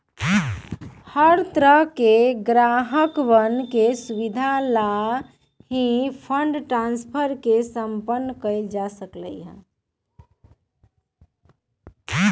हर तरह से ग्राहकवन के सुविधा लाल ही फंड ट्रांस्फर के सम्पन्न कइल जा हई